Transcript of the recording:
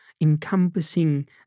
encompassing